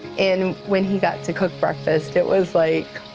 and when he got to cook breakfast it was like,